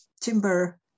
Timber